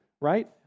right